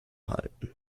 halten